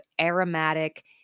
aromatic